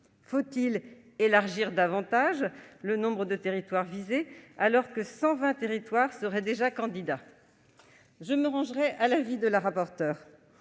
Faut-il accroître davantage le nombre de territoires concernés, alors que 120 territoires seraient déjà candidats ? Je me rangerai à l'avis de Mme la rapporteure